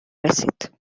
رسید